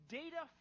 data